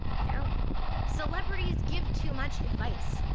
you know celebrities give too much advice.